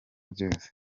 byose